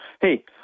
Hey